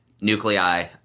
nuclei